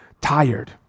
tired